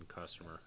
customer